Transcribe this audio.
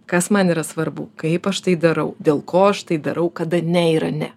kas man yra svarbu kaip aš tai darau dėl ko aš tai darau kada ne yra ne